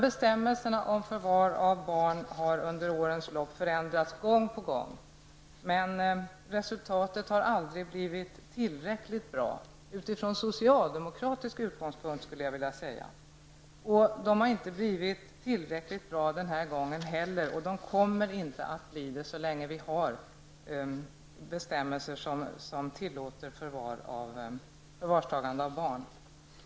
Bestämmelserna om förvar av barn har under årens lopp förändrats gång på gång, men resultatet har aldrig blivit tillräckligt bra -- utifrån socialdemokratisk utgångspunkt. Resultaten har inte blivit tillräckligt bra denna gång heller. De kommer inte att bli det så länge det finns bestämmelser som tillåter förvarstagande av barn.